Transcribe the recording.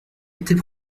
était